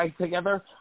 together